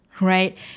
right